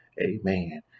Amen